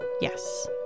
yes